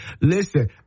Listen